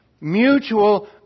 mutual